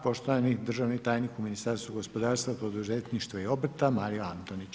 Poštovani državni tajnik u Ministarstvu gospodarstva, poduzetništva i obrta Mario Antonić.